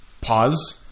pause